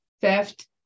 theft